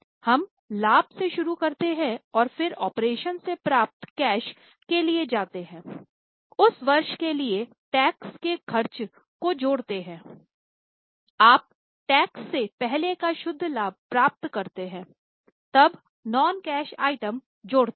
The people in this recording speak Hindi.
हम लाभ से शुरू करते हैं और फिर ऑपरेशन से प्राप्त कैश के लिए जाते हैं उस वर्ष के लिए टैक्स के खर्च को जोड़ते हैं आप टैक्स से पहले का शुद्ध लाभ प्राप्त करते हैं तब नौन कैश आइटम जोड़ते हैं